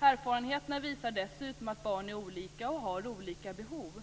Erfarenheterna visar dessutom att barn är olika och har olika behov.